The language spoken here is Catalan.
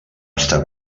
estar